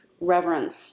reverence